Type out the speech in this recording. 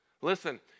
Listen